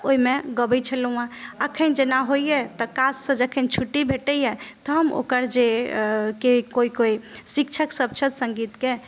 तऽ ओहिमे गबै छलहुँ अखन जेना होइया तऽ काज सँ जखन छुट्टी भेटैया तऽ हम ओकर जे कोइ कोइ शिक्षक सभ छथि सङ्गीतके